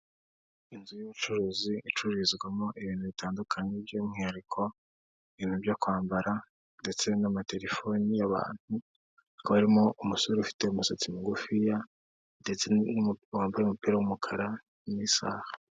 Inzu y'ubucuruzi icururizwamo ibintu bitandukanye by'umwihariko ibintu byo kwambara ndetse n'amatelefoni, y'abantu, hakaba harimo umusore ufite umusatsi mugufiya ndetse n'umukobwa wambaye umupira w'umukara n'isaaha.